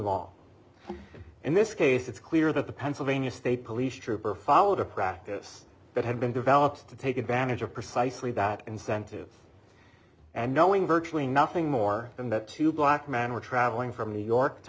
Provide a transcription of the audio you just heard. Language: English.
long in this case it's clear that the pennsylvania state police trooper followed a practice that had been developed to take advantage of precisely that incentive and knowing virtually nothing more than that two black men were traveling from new york to